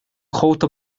cóta